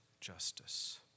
justice